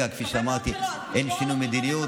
כרגע, כפי שאמרתי, אין שינוי מדיניות.